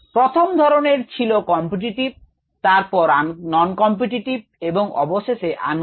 প্রথম ধরনের ছিল competitive তারপর non competitive এবং অবশেষে un competitive